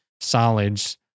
solids